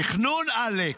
תכנון עלק.